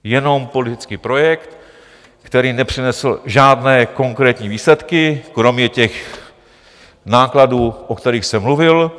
Jenom politický projekt, který nepřinesl žádné konkrétní výsledky, kromě těch nákladů, o kterých jsem mluvil.